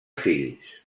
fills